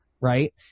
Right